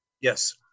Yes